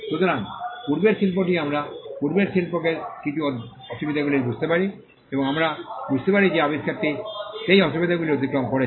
সুতরাং পূর্বের শিল্পটি আমরা পূর্বের শিল্পকে কিছু অসুবিধাগুলি বুঝতে পারি এবং আমরা বুঝতে পারি যে এই আবিষ্কারটি সেই অসুবিধাগুলি অতিক্রম করেছে